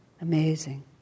amazing